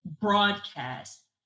broadcast